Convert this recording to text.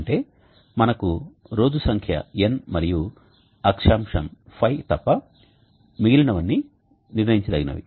అంటే మనకు రోజు సంఖ్య N మరియు అక్షాంశం ϕ తప్ప మిగిలినవన్నీ నిర్ణయించదగినవి